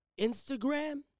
Instagram